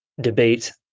debate